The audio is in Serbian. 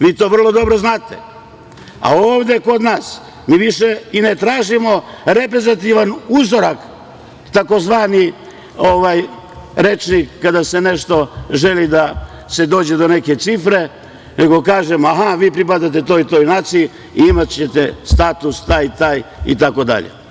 Vi to vrlo dobro znate, a ovde kod nas mi više i ne tražimo reprezentativni uzorak, tzv. rečnik kada se želi doći do neke cifre, nego kažemo – aha, vi pripadate toj i toj naciji, imaćete status taj i taj itd.